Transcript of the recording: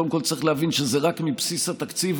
קודם כול צריך להבין שזה רק מבסיס התקציב,